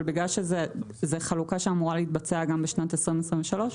אבל בגלל שזה זה חלוקה שאמורה להתבצע גם בשנת 2023?